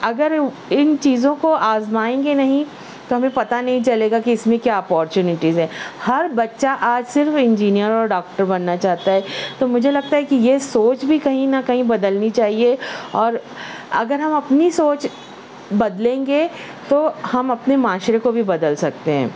اگر ان چیزوں کو آزمائیں گے نہیں تو ہمیں پتہ نہیں چلے گا کہ اس میں کیا اپارچونٹیز ہیں ہر بچہ آج صرف انجینئر اور ڈاکٹر بننا چاہتا ہے تو مجھے لگتا ہے کہ یہ سوچ بھی کہیں نہ کہیں بدلنی چاہیے اور اگر ہم اپنی سوچ بدلیں گے تو ہم اپنے معاشرے کو بھی بدل سکتے ہیں